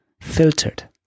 filtered